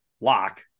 lock